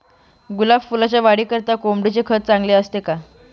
गुलाब फुलाच्या वाढीकरिता कोंबडीचे खत चांगले असते का?